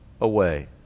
away